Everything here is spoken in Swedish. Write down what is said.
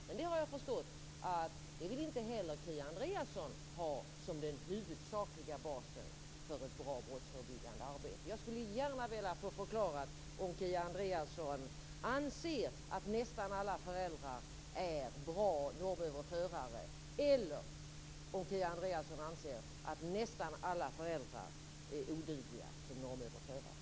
Men jag har förstått att inte heller Kia Andreasson vill ha det som den huvudsakliga basen för ett bra brottsförebyggande arbete. Jag skulle gärna vilja få förklarat om Kia Andreasson anser att nästan alla föräldrar är bra normöverförare eller om hon anser att nästan alla föräldrar är odugliga som normöverförare.